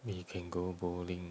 we can go bowling